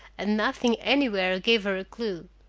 and nothing anywhere gave her a clew.